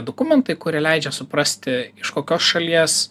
dokumentai kurie leidžia suprasti iš kokios šalies